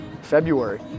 February